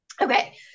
Okay